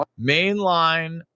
mainline